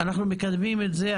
אנחנו עברנו קדמת דרך בנושא הזה,